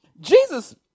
Jesus